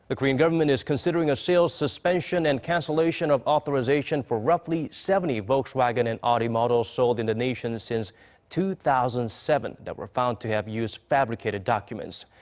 the korean government is considering a sales suspension and cancellation of authorizations for roughly seventy volkswagen and audi models sold in the nation since two thousand and seven that were found to have used fabricated documents.